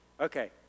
Okay